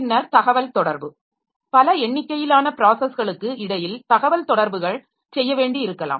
பின்னர் தகவல்தொடர்பு பல எண்ணிக்கையிலான ப்ராஸஸ்களுக்கு இடையில் தகவல்தொடர்புகள் செய்ய வேண்டியிருக்கலாம்